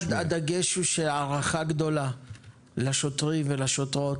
ואולי הדגש הוא שיש הערכה גדולה לשוטרים ולשוטרות,